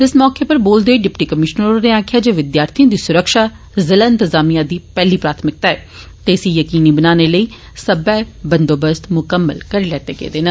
इस मौके बोलदे होई डिप्टी कमिशनर होरें आखेआ जे विद्यार्थिएं दी सुरक्षा जिला इंतजामिया दी पैह्ली प्राथमिकता ऐ ते इसी यकीनी बनाने लेई सब्बै बंदोबस्त मुकम्मल करी लैते गेदे न